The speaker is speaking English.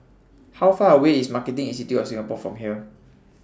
How Far away IS Marketing Institute of Singapore from here